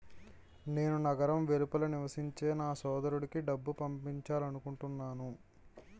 నేను నగరం వెలుపల నివసించే నా సోదరుడికి డబ్బు పంపాలనుకుంటున్నాను